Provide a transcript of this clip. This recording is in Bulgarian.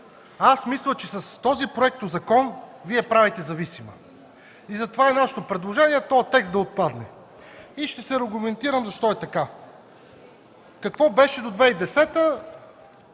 Аз мисля, че с този проектозакон Вие я правите зависима. Затова е нашето предложение този текст да отпадне. Ще се аргументирам защо е така. Какво беше до 2010